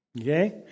Okay